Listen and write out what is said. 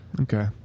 Okay